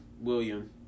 William